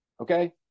Okay